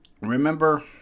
Remember